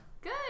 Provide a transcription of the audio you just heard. Good